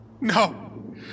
No